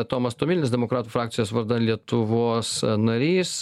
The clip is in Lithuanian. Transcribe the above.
tomas tomilinas demokratų frakcijos vardan lietuvos narys